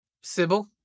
Sybil